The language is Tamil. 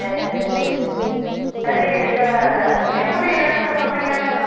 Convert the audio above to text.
சரி சரி சரி சரி இந்த எப்படி ரேட் சொல்கிறீங்க